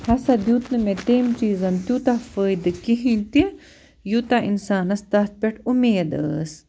ہسا دیُت نہٕ مےٚ تٔمۍ چیٖزَن تیٛوٗتاہ فٲیِدٕ کِہیٖنٛۍ تہِ یوٗتاہ اِنسانَس تَتھ پٮ۪ٹھ اُمید ٲسۍ